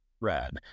red